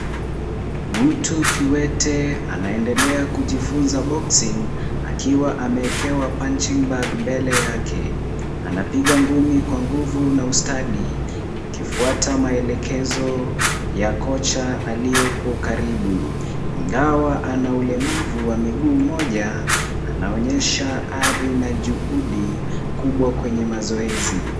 Mtu kiwete anaendelea kujifunza boxing akiwa amewekeka punching bag mbele yake. Anapiga ngumi kwa nguvu na ustadi akifuata maelekezo ya kocha aliyepo karibu. ingawa anaulemavu wa mguu mmoja, anaonyesha ari na juhudi kubwa kwenye mazoezi.